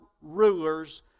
rulers